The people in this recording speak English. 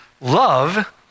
Love